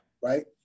right